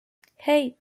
hey